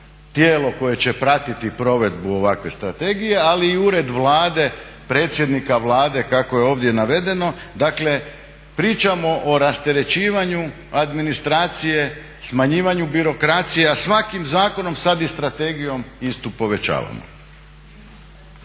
tijelo koje će pratiti provedbu ovakve strategije, ali i ured Vlade predsjednika Vlade kako je ovdje navedeno, dakle pričamo o rasterećivanju administracije, smanjivanju birokracije, a svakim zakonom sad i strategijom istu povećavamo.